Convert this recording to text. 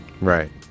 Right